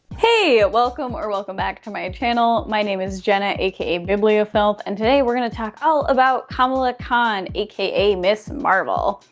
hey welcome or welcome back to my channel, my name is jena aka bibliofilth, and today we're gonna talk all about kamala khan aka ms marvel.